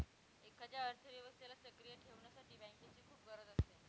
एखाद्या अर्थव्यवस्थेला सक्रिय ठेवण्यासाठी बँकेची खूप गरज असते